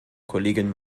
kollegin